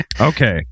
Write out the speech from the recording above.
Okay